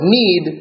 need